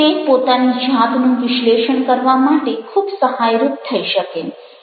તે પોતાની જાતનું વિશ્લેષણ કરવા માટે ખૂબ સહાયરૂપ થઈ શકે